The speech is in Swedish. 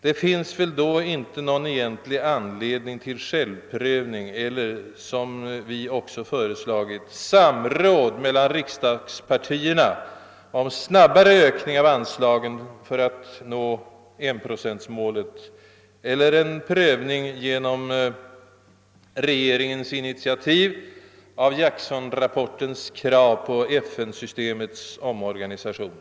Då finns det väl inte någon egentlig anledning till självprövning eller, som vi också föreslagit, samråd mellan riksdagspartierna om en snabbare ökning av anslagen för att nå 1-procentmålet, eller en prövning genom regeringens initiativ av Jacksonrapportens krav på FN-systemets omorganisation.